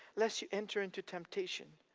lest you enter into temptation.